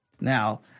Now